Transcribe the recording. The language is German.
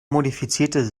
modifizierte